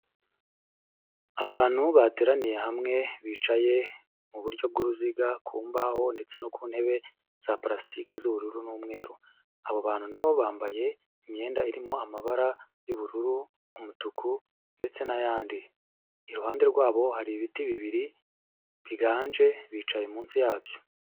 Abantu bateraniye hamwe bicaye mu buryo bw'uruziga ku mbaho ndetse no ku ntebe za palasitike z'ubururu n'umweru, abo bantu nabo bambaye imyenda irimo amabara y'ubururu, umutuku ndetse n'ayandi, iruhande rwabo hari ibiti bibiri biganje bicaye munsi yabyo.